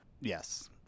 Yes